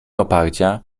oparcia